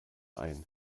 ein